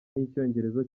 n’icyongereza